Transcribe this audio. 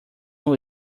who